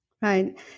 Right